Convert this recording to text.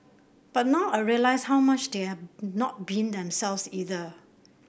but now I realise how much they're not being themselves either